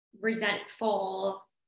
resentful